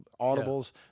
audibles